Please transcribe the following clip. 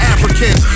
African